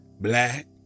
black